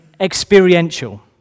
experiential